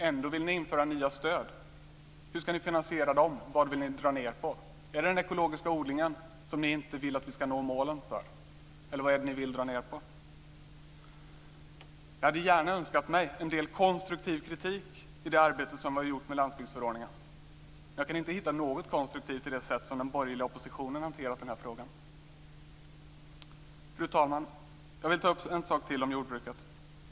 Ändå vill ni införa nya stöd. Hur ska ni finansiera dem? Vad vill ni dra ned på? Vill ni inte att vi ska nå målen när det gäller den ekologiska odlingen? Jag hade önskat en del konstruktiv kritik i vårt arbete med landsbygdsförordningarna. Men jag kan inte hitta något konstruktivt i det sätt som den borgerliga oppositionen har hanterat den här frågan på. Fru talman! Jag vill ta upp en sak till om jordbruket.